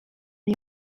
her